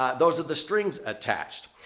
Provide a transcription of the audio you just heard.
ah those are the strings attached.